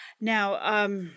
Now